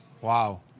Wow